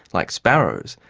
like sparrows,